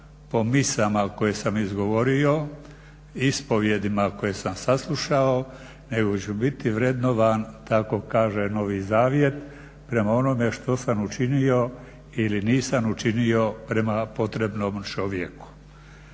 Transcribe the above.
po misama koje sam izgovorio, ispovijedima koje sam saslušao nego ću biti vrednovan tako kaže Novi Zavjet prema onome što sam učinio ili nisam učinio prema potrebnom čovjeku.